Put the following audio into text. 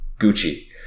Gucci